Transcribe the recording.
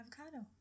avocado